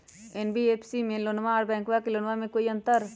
NBFC से लोनमा आर बैंकबा से लोनमा ले बे में कोइ अंतर?